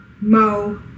Mo